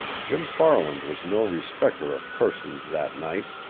jim farland was no respecter of persons that night.